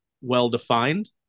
well-defined